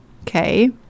Okay